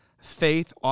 Faith